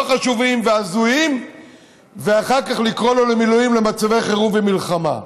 לא חשובים והזויים ואחר כך לקרוא לו למילואים למצבי חירום ומלחמה.